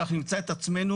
אנחנו נמצא את עצמנו,